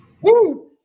Woo